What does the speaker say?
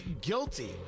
guilty